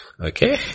okay